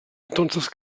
entonces